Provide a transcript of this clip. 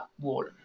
wall